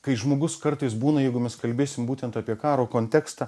kai žmogus kartais būna jeigu mes kalbėsim būtent apie karo kontekstą